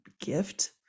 gift